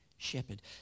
shepherd